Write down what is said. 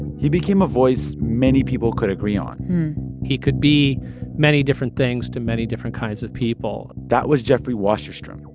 he became a voice many people could agree on he could be many different things to many different kinds of people that was jeffrey wasserstrom.